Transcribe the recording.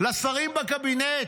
לשרים בקבינט,